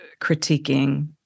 critiquing